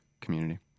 community